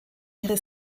ihre